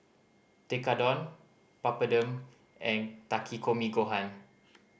Tekkadon Papadum and Takikomi Gohan